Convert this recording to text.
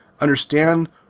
understand